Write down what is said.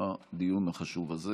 הדיון החשוב הזה.